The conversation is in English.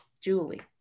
Julie